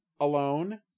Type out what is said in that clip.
alone